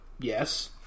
yes